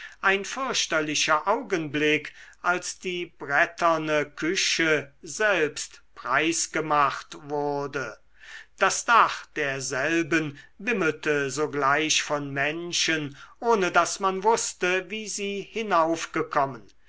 ein fürchterlicher augenblick als die bretterne küche selbst preisgemacht wurde das dach derselben wimmelte sogleich von menschen ohne daß man wußte wie sie